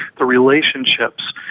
the relationships.